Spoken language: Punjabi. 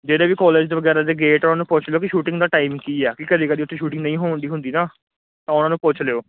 ਜਿਹੜੇ ਵੀ ਕੋਲਜ ਦੇ ਵਗੈਰਾ ਦੇ ਗੇਟ ਉਹਨੂੰ ਪੁੱਛ ਲਿਓ ਵੀ ਸ਼ੂਟਿੰਗ ਦਾ ਟਾਈਮ ਕੀ ਹੈ ਕਿ ਕਦੀ ਕਦੀ ਉੱਥੇ ਸ਼ੂਟਿੰਗ ਨਹੀਂ ਹੋਣ ਡਈ ਹੁੰਦੀ ਨਾ ਤਾਂ ਉਹਨੂੰ ਪੁੱਛ ਲਿਓ